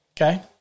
okay